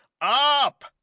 up